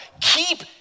keep